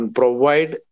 provide